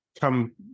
come